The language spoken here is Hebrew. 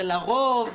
לרוב,